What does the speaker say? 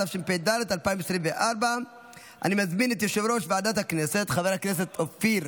התשפ"ד 2024. אני מזמין את יושב-ראש ועדת הכנסת חבר הכנסת אופיר